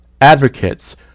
advocates